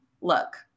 Look